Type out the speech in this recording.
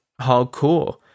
Hardcore